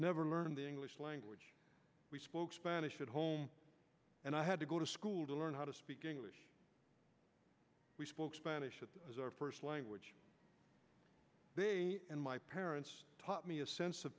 never learned the english language we spoke spanish at home and i had to go to school to learn how to speak english we spoke spanish it was our first language and my parents taught me a sense of